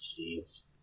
jeez